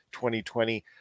2020